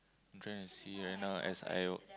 I'm trying to see right now as I'll